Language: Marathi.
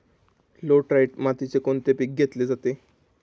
लॅटराइट मातीत कोणते पीक घेतले जाते?